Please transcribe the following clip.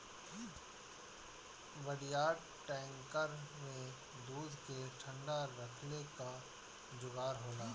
बड़ियार टैंकर में दूध के ठंडा रखले क जोगाड़ होला